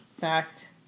Fact